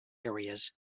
areas